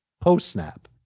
post-snap